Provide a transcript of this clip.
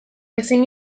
ezin